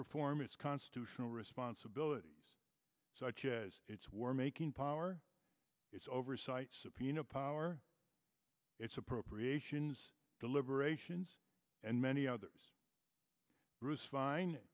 perform its constitutional responsibilities so much as its warmaking power its oversight subpoena power its appropriations deliberations and many others bruce fein